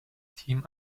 team